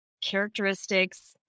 characteristics